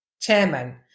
chairman